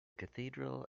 cathedral